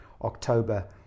October